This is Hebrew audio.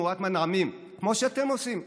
הערכים שלי תמורת מנעמים, כמו שאתם עושים.